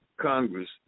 Congress